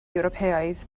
ewropeaidd